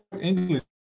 English